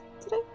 today